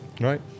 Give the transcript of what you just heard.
Right